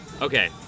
Okay